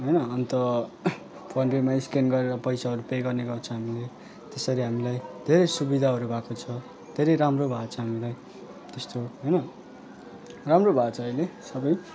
होइन अन्त फोन पेमा स्क्यान गरेर पैसाहरू पे गर्ने गर्छ हामीले त्यसरी हामीलाई धेरै सुविधाहरू भएको छ धेरै राम्रो भएको छ हामीलाई त्यस्तो होइन राम्रो भएको छ अहिले सबै